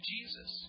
Jesus